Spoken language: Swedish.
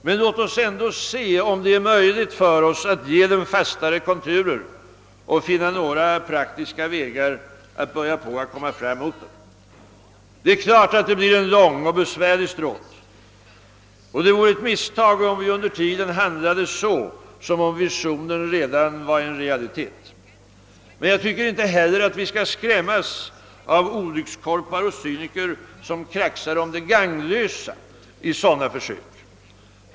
Men låt oss se, om det är möjligt för oss att ge den fastare konturer och finna några praktiska vägar att nalkas den. Det är klart att det blir en lång och besvärlig stråt och att det vore ett misstag, om vi under tiden handlade så, som om visionen redan var en realitet. Men jag tycker inte heller att vi skall skrämmas av olyckskorpar och cyniker som kraxar om det gagnlösa i sådana försök.